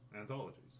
anthologies